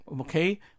okay